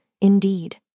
indeed